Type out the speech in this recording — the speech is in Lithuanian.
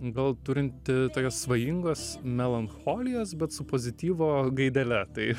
gal turinti tokios svajingos melancholijos bet su pozityvo gaidele tai